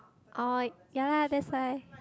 oh ya lah that's right